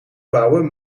bouwen